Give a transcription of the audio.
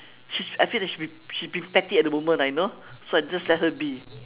she I think that she she's being petty at moment you know so I just let her be